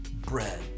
bread